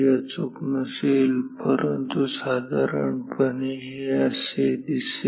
अचूक नसेल परंतु साधारणपणे हे असे दिसेल